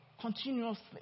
continuously